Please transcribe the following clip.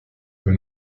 peu